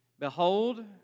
Behold